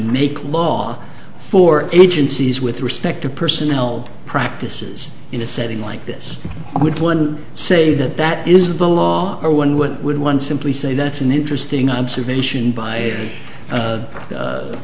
make law for agencies with respect to personnel practices in a setting like this i would say that that is the law or one what would one simply say that's an interesting observation by